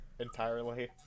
entirely